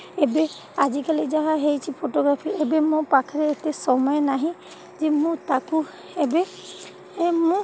ଏବେ ଆଜିକାଲି ଯାହା ହୋଇଛିି ଫଟୋଗ୍ରାଫି ଏବେ ମୋ ପାଖରେ ଏତେ ସମୟ ନାହିଁ ଯେ ମୁଁ ତାକୁ ଏବେ ମୁଁ